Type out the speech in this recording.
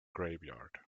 graveyard